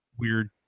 weird